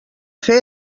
fer